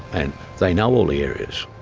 and they know all the areas.